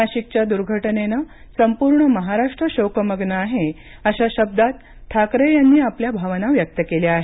नाशिकच्या दुर्घटनेने संपूर्ण महाराष्ट्र शोकमग्न आहे अशा शब्दांत ठाकरे यांनी आपल्या भावना व्यक्त केल्या आहेत